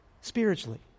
spiritually